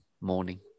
morning